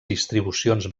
distribucions